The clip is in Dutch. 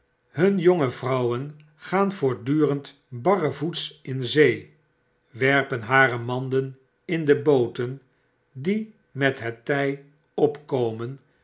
hunne jonge vrouwen gaan voortdurend barrevoets in zee werpen hare manden in de booten die met het tij opkomen